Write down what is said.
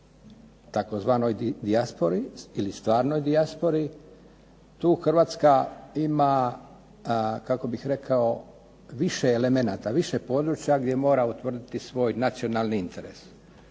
tzv. dijaspori ili stvarnoj dijaspori tu Hrvatska ima kako bih rekao više elemenata, više područja gdje mora utvrditi svoj nacionalni interes.